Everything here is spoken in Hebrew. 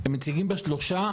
הם מציגים בה שלושה